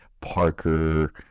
Parker